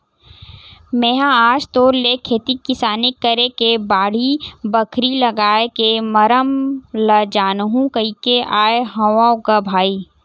मेहा आज तोर ले खेती किसानी करे के बाड़ी, बखरी लागए के मरम ल जानहूँ कहिके आय हँव ग भाई